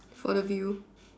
for the view